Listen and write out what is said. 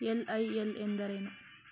LIL ಎಂದರೇನು?